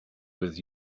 with